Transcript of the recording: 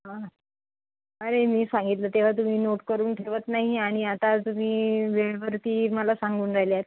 हां अरे मी सांगितलं तेव्हा तुम्ही नोट करून ठेवत नाही आणि आता तुम्ही वेळेवरती मला सांगून राहिल्या आहेत